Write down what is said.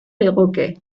legoke